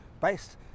based